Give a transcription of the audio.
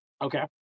Okay